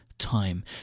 time